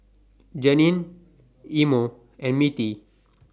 Jeannine Imo and Mittie